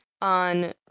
on